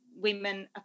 women